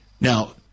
Now